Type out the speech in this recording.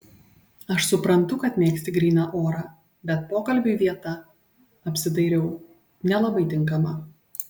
aš suprantu kad mėgsti gryną orą bet pokalbiui vieta apsidairiau nelabai tinkama